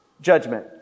judgment